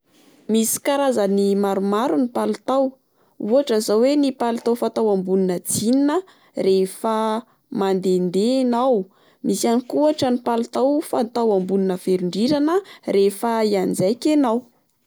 Misy karazany maromaro ny palitao, ohatra zao oe ny palitao fatao ambonina jean a rehefa mandendeha enao, misy ihany koa ohatra ny palitao fatao ambonina velon-drirana rehefa hianjaika ianao.